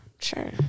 Sure